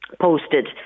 posted